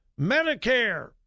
Medicare